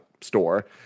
store